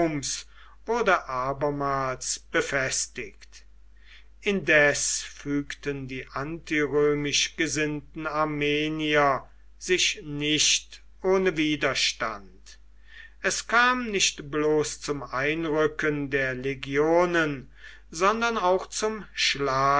wurde abermals befestigt indes fügten die antirömisch gesinnten armenier sich nicht ohne widerstand es kam nicht bloß zum einrücken der legionen sondern auch zum